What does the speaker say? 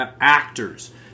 actors